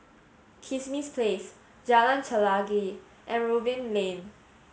Kismis Place Jalan Chelagi and Robin Lane